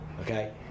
Okay